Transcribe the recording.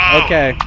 okay